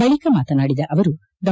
ಬಳಿಕ ಮಾತನಾಡಿದ ಅವರು ಡಾ